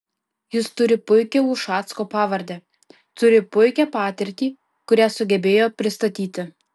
jis turi puikią ušacko pavardę turi puikią patirtį kurią sugebėjo pristatyti